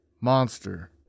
monster